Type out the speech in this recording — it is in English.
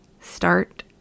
start